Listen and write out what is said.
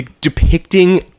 depicting